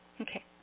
Okay